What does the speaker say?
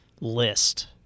list